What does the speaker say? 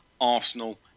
Arsenal